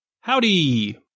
Howdy